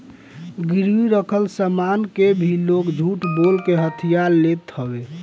गिरवी रखल सामान के भी लोग झूठ बोल के हथिया लेत हवे